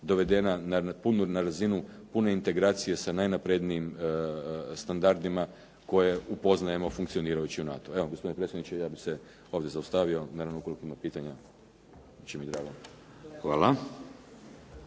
na punu, na razinu pune integracije sa najnaprednijim standardima koje upoznajemo funkcionirajući u NATO. Evo, gospodine predsjedniče ja bih se ovdje zaustavio, naravno ukoliko ima pitanja, biti će mi drago.